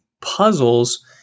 puzzles